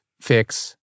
fix